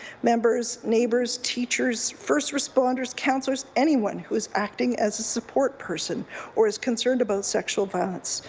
members, neighbours, teachers, first responders, counselors anyone who is acting as a support person or is concerned about sexual violence.